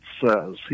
says